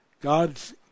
God's